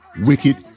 wicked